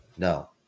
No